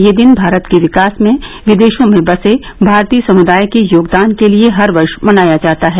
यह दिन भारत के विकास में विदेशों में बसे भारतीय समुदाय के योगदान के लिए हर वर्ष मनाया जाता है